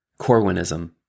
Corwinism